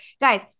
guys